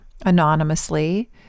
anonymously